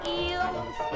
eels